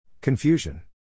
Confusion